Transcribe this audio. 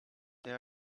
they